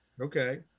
Okay